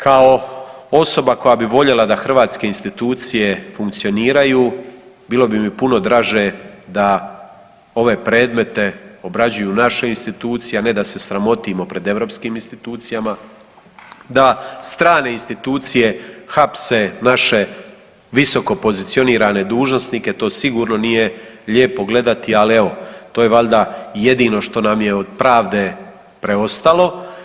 Kao osoba koja bi voljela da hrvatske institucije funkcioniraju bilo bi mi puno draže da ove predmete obrađuju naše institucije, a ne da se sramotimo pred europskim institucijama, da strane institucije hapse naše visokopozicionirane dužnosnike, to sigurno nije lijepo gledati, ali evo to je valjda jedino što nam je od pravde preostalo.